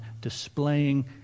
displaying